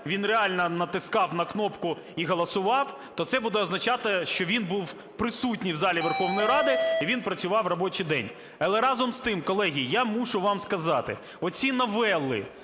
він реально натискав на кнопку і голосував, то це буде означати, що він був присутній в залі Верховної Ради і він працював робочий день. Але, разом з тим, колеги, я мушу вам сказати, оці новели